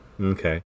Okay